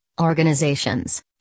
organizations